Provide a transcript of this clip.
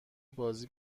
بازی